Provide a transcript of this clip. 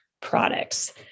products